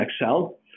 excel